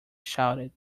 shouted